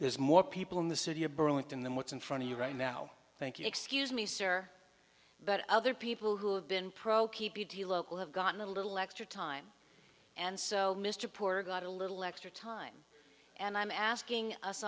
there's more people in the city of burlington than what's in front of you right now thank you excuse me sir but other people who have been pro the local have gotten a little extra time and so mr poor got a little extra time and i'm asking us